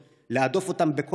להדוף אותם ברחובות לוד,